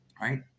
right